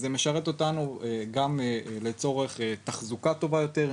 זה משרת אותנו גם לצורך תחזוקה טובה יותר,